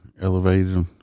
elevated